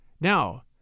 Now